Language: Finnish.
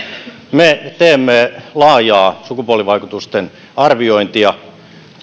me teemme laajaa sukupuolivaikutusten arviointia